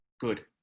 Good